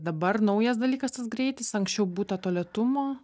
dabar naujas dalykas tas greitis anksčiau būta to lėtumo